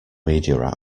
media